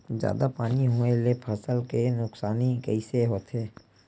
जादा पानी होए ले फसल के नुकसानी कइसे होथे?